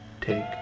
take